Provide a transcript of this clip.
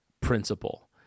principle